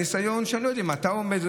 אני לא יודע אם אתה עומד,